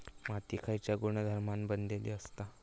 माती खयच्या गुणधर्मान बनलेली असता?